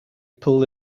pulled